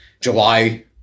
July